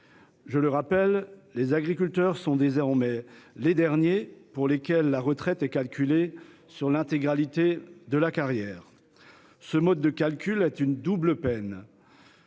monde agricole. Les agriculteurs sont désormais les derniers à voir leur retraite calculée sur l'intégralité de la carrière. Ce mode de calcul est une double peine